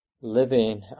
living